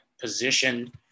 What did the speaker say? position